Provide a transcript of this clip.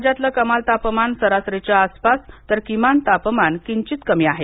राज्यातलं कमाल तापमान सरासरीच्या आसपास तर किमान तापमान किंचित कमी आहे